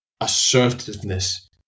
assertiveness